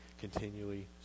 continually